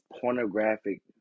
pornographic